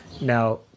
Now